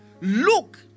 Look